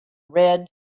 red